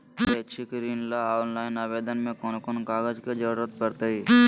शैक्षिक ऋण ला ऑनलाइन आवेदन में कौन कौन कागज के ज़रूरत पड़तई?